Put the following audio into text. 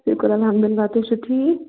شُکُر الحمداللہ تُہۍ چھُو ٹھیٖک